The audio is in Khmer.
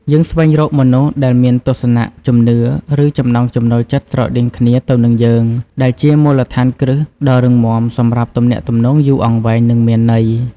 យើងស្វែងរកមនុស្សដែលមានទស្សនៈ ជំនឿ ឬចំណង់ចំណូលចិត្តស្រដៀងគ្នាទៅនឹងយើង ដែលជាមូលដ្ឋានគ្រឹះដ៏រឹងមាំសម្រាប់ទំនាក់ទំនងយូរអង្វែង និងមានន័យ។